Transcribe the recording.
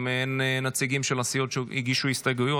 אם אין נציגים של הסיעות שהגישו הסתייגויות